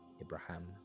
Abraham